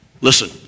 Listen